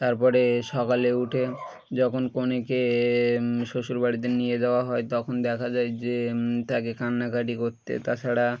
তারপরে সকালে উঠে যখন কনেকে শ্বশুর বাড়িতে নিয়ে দেওয়া হয় তখন দেখা যায় যে তাকে কান্নাকাটি করতে তাছাড়া